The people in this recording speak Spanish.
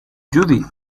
judy